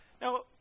Now